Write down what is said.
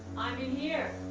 i'm in here.